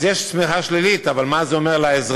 אז יש צמיחה שלילית, אבל מה זה אומר לאזרח?